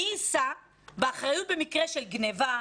מי יישא באחריות במקרה של גניבה,